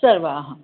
सर्वाः